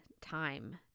time